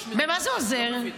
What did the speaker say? במה זה עוזר?